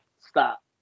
stop